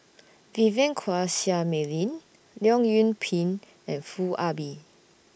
Vivien Quahe Seah Mei Lin Leong Yoon Pin and Foo Ah Bee